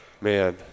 Man